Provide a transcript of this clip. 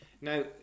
now